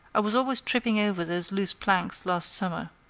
i was always tripping over those loose planks last summer.